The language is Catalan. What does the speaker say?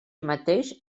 mateix